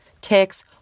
ticks